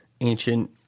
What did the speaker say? ancient